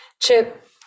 Chip